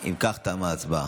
אם כך, תמה ההצבעה.